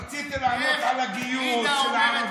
רציתי לענות על הגיוס של הערבים.